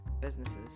businesses